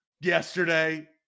yesterday